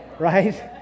Right